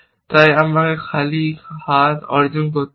তাই আমাকে খালি হাত অর্জন করতে হবে